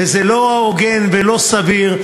וזה לא הוגן ולא סביר,